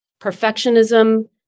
perfectionism